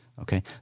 okay